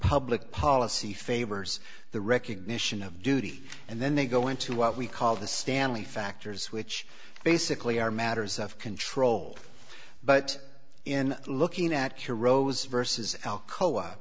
public policy favors the recognition of duty and then they go into what we call the stanley factors which basically are matters of control but in looking at heroes versus alcoa